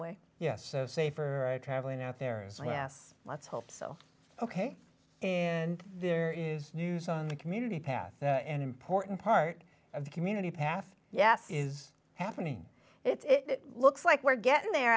way yes so say for traveling out there is yes let's hope so ok and there is news on the community path that an important part of the community path yes is happening it looks like we're getting there